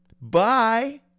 Bye